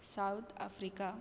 South Africa